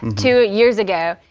two years ago,